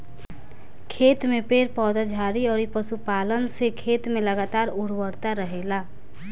खेत में पेड़ पौधा, झाड़ी अउरी पशुपालन से खेत में लगातार उर्वरता रहेला